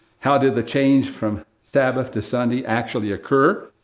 how did the change from sabbath to sunday actually occur?